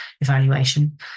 evaluation